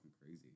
crazy